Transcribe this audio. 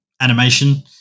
animation